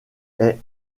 est